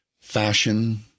Fashion